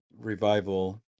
revival